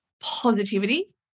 positivity